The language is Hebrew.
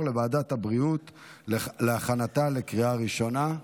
לוועדת הבריאות להכנתה לקריאה ראשונה.